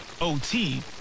OT